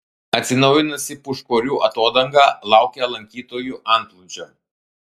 atsinaujinusi pūčkorių atodanga laukia lankytojų antplūdžio